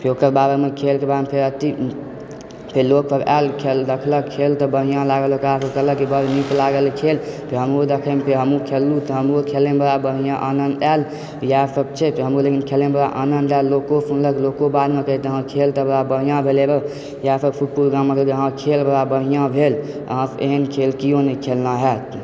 फेर ओकर बाद फेर खेलके बाद फेर अथी फेर लोक सब आयल खेल देखलक खेल तऽ बढ़िआँ लागल ओकरा जे बड़ नीक लागल ई खेल फेर हमरो देखयमे फेर हमहुँ खेललहुँ तऽ हमरो खेलैमे बड़ा बढ़िआँ आनन्द आयल इएह सब छै खेलैमे बड़ा आनन्द आयल लोको सुनलक लोको बादमे कहैत हँ खेल तऽ बड़ा बढ़िआँ भेलै रौ इएह सब सुतपुर गाँवमे हँ खेल बड़ा बढ़िआँ भेल एहन खेल किओ नहि खेलने हैत